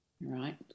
right